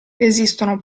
esistono